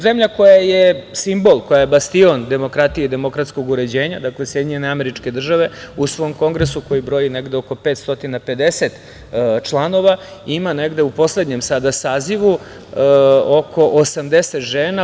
Zemlja koja je simbol, koja je bastion demokratije i demokratskog uređenja, dakle, SAD u svom kongresu koji broji oko 550 članova ima negde u poslednjem sazivu oko 80 žena.